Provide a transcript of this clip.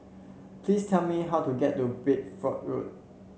please tell me how to get to Bedford Road